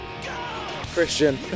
Christian